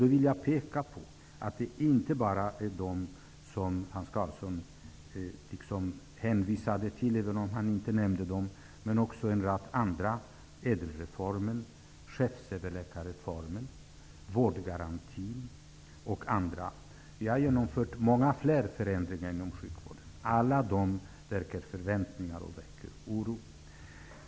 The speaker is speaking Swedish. Jag vill påpeka att det inte bara handlar om de förändringar som Hans Karlsson hänvisade till, även om han inte nämnde dem, utan också om en rad andra: ÄDEL-reformen, chefsöverläkarreformen, vårdgarantin. Vi har genomfört många förändringar inom sjukvården, och de väcker alla förväntningar och oro.